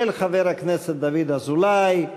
של חבר הכנסת דוד אזולאי.